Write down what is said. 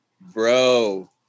Bro